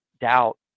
doubt